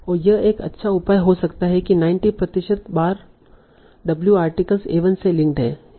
और यह एक अच्छा उपाय हो सकता है की 90 प्रतिशत बार w आर्टिकल a1 से लिंक है